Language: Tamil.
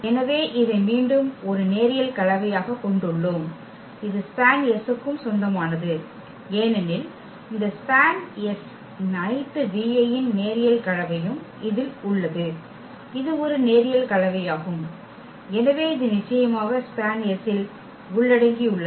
எனவே இதை மீண்டும் ஒரு நேரியல் கலவையாகக் கொண்டுள்ளோம் இது SPAN க்கும் சொந்தமானது ஏனெனில் இந்த SPAN இன் அனைத்து ன் நேரியல் கலவையும் இதில் உள்ளது இது ஒரு நேரியல் கலவையாகும் எனவே இது நிச்சயமாக SPAN ல் உள்ளடங்கியுள்ளது